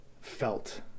felt